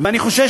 ואני חושש,